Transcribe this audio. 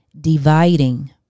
dividing